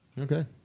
Okay